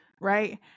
Right